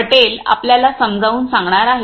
पटेल आपल्याला समजावून सांगणार आहेत